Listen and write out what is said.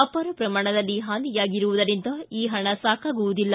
ಅಪಾರ ಪ್ರಮಾಣದಲ್ಲಿ ಹಾನಿಯಾಗಿರುವುದರಿಂದ ಈ ಹಣ ಸಾಕಾಗುವುದಿಲ್ಲ